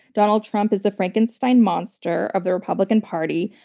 donald trump is the frankenstein monster of the republican party.